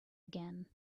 again